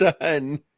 done